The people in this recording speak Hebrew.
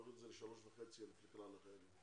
להוריד ל-3,500 לכלל החיילים.